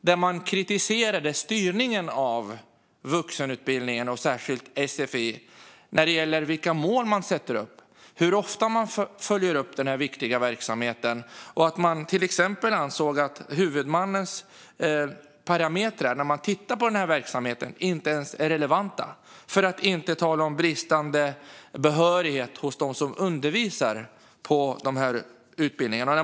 Där kritiserades styrningen av vuxenutbildningen och särskilt sfi när det gäller vilka mål man sätter upp och hur ofta man följer upp denna viktiga verksamhet. Man ansåg till exempel att huvudmannens parametrar när den tittade på verksamheten inte ens är relevanta, för att inte tala om bristande behörighet hos dem som undervisar på dessa utbildningar.